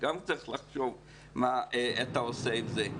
שגם צריך לחשוב מה אתה עושה עם זה.